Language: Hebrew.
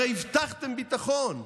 הרי הבטחתם ביטחון,